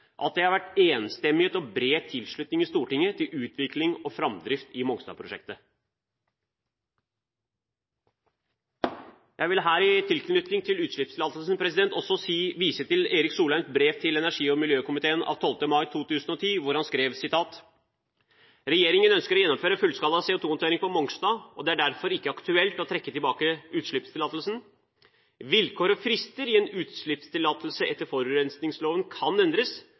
at det har vært enstemmighet og bred tilslutning i Stortinget til utvikling og framdrift i Mongstad-prosjektet. Jeg vil i tilknytning til utslippstillatelsen også vise til Erik Solheims brev til energi- og miljøkomiteen av 12. mai 2010, hvor han skriver: «Regjeringen ønsker å gjennomføre fullskala CO2-håndtering på Mongstad, og det er derfor ikke aktuelt å trekke tilbake utslippstillatelsen. Vilkår og frister i en utslippstillatelse etter forurensningsloven kan endres